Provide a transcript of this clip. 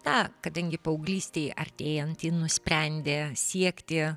na kadangi paauglystei artėjant ji nusprendė siekti